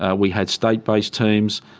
ah we had state-based teams.